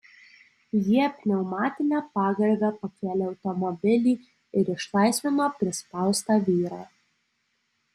jie pneumatine pagalve pakėlė automobilį ir išlaisvino prispaustą vyrą